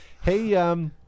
Hey